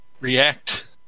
react